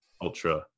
ultra